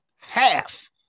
half